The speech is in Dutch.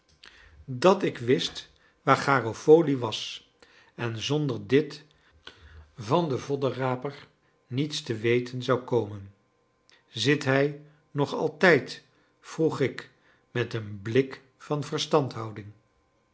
dat ik wist waar garofoli was en zonder dit van den voddenraper niets te weten zou komen zit hij nog altijd vroeg ik met een blik van verstandhouding